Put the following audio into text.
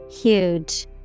Huge